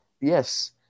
Yes